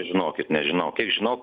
žinokit nežinau kiek žinau